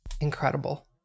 incredible